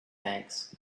banks